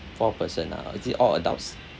four person ah is it all adults